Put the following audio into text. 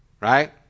Right